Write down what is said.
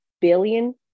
billion